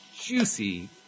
juicy